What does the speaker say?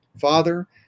father